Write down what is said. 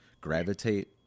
gravitate